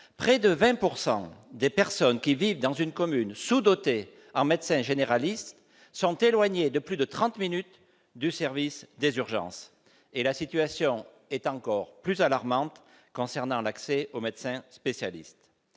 Près de 20 % des personnes qui vivent dans une commune sous-dotée en médecins généralistes sont éloignées de plus de trente minutes d'un service des urgences. Et la situation est encore plus alarmante s'agissant de l'accès aux médecins spécialistes